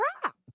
crap